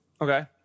Okay